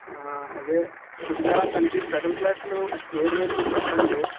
అదే కొద్దిగా తనకు స్పెషల్ క్లాస్ లు వేరువేరుగా చెప్పండి